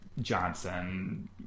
Johnson